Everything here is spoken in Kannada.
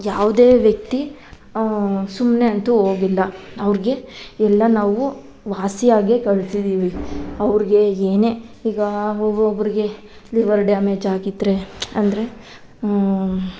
ಯಾವುದೇ ವ್ಯಕ್ತಿ ಸುಮ್ಮನೆ ಅಂತೂ ಹೋಗಿಲ್ಲ ಅವ್ರಿಗೆ ಎಲ್ಲ ನಾವು ವಾಸಿ ಆಗೇ ಕಳ್ಸಿದ್ದೀವಿ ಅವ್ರಿಗೆ ಏನೇ ಈಗ ಒಬ್ಬೊಬ್ರಿಗೆ ಲಿವರ್ ಡ್ಯಾಮೇಜ್ ಆಗಿದ್ದರೆ ಅಂದರೆ